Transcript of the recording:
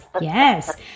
yes